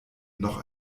noch